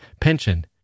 Pension